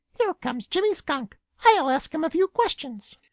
here comes jimmy skunk. i'll ask him a few questions.